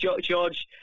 George